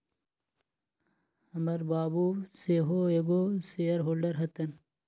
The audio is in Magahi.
हमर बाबू सेहो एगो शेयर होल्डर हतन